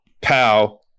pow